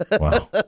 Wow